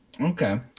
Okay